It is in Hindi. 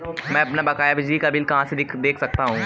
मैं अपना बकाया बिजली का बिल कहाँ से देख सकता हूँ?